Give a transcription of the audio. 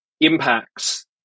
impacts